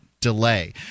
delay